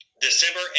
December